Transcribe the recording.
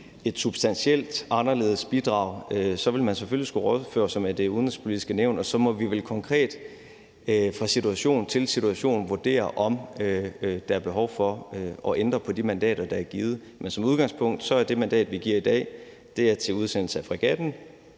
et substantielt anderledes bidrag, vil man selvfølgelig skulle rådføre sig med Det Udenrigspolitiske Nævn, og så må vi vel konkret og fra situation til situation vurdere, om der er behov for at ændre på de mandater, der er givet. Men som udgangspunkt er det mandat, vi giver i dag, givet til udsendelse af fregatten